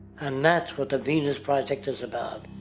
and that's what the venus project is about.